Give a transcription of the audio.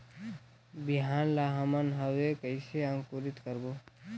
बिहान ला हमन हवे कइसे अंकुरित करबो?